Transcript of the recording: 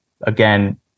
again